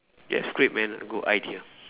yes great man good idea